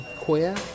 queer